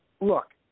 Look